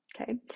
Okay